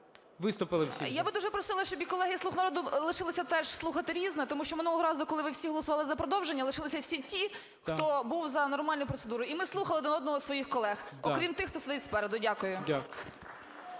Я б дуже просила, щоб і колеги "Слуга народу" лишилися теж слухати "Різне", тому що минулого разу, коли ви всі голосували за продовження, лишилися всі ті, хто був за нормальну процедуру, і ми слухали один одного, своїх колег, окрім тих, хто сидить спереду. Дякую.